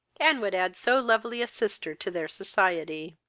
and would add so lovely a sister to their society